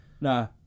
No